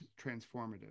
transformative